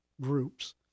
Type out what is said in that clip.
groups